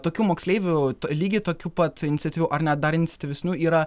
tokių moksleivių lygiai tokių pat iniciatyvių ar net dar ankstyvesnių yra